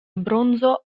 bronzo